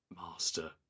Master